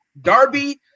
Darby